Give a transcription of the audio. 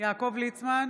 יעקב ליצמן,